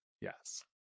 Yes